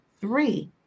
three